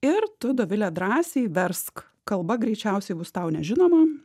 ir tu dovile drąsiai versk kalba greičiausiai bus tau nežinoma